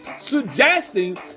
suggesting